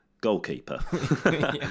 Goalkeeper